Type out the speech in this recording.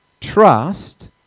Trust